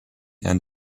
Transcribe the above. and